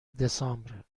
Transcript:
دسامبر